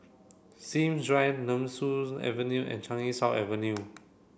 Sims Drive Nemesu Avenue and Changi South Avenue